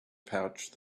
pouch